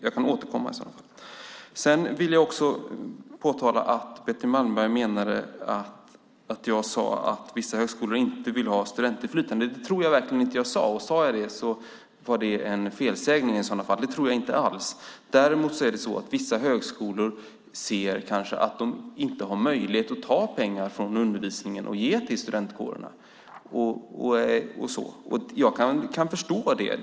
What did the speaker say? Jag återkommer i så fall. Jag vill också påtala att Betty Malmberg menade att jag sade att vissa högskolor inte vill ha studentinflytande. Det tror jag verkligen inte att jag sade, men om jag sade det var det en felsägning. Det tror jag inte alls. Däremot är det så att vissa högskolor kanske ser att de inte har möjlighet att ta pengar från undervisningen och ge till studentkårerna. Jag kan förstå det.